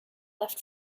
left